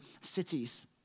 cities